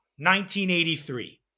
1983